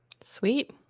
Sweet